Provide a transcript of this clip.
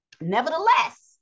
nevertheless